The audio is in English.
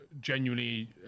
genuinely